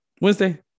wednesday